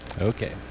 okay